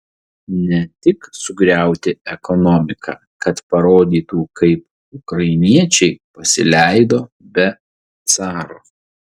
ne tik sugriauti ekonomiką kad parodytų kaip ukrainiečiai pasileido be caro